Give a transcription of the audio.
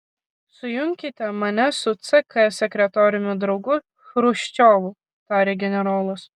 sujunkite mane su ck sekretoriumi draugu chruščiovu tarė generolas